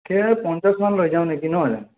ঠিক আছে পঞ্চাশ মান লৈ যাওঁ নেকি নহয় জানোঁ